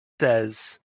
says